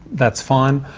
that's fine.